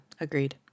agreed